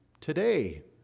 today